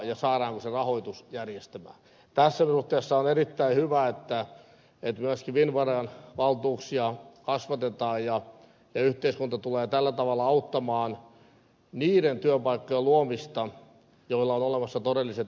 tässä suhteessa on erittäin hyvä että myöskin finnveran valtuuksia kasvatetaan ja yhteiskunta tulee tällä tavalla auttamaan niiden työpaikkojen luomista joille on olemassa todelliset edellytykset